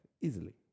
Easily